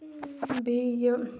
بیٚیہِ یہِ